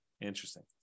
interesting